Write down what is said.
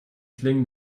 klingen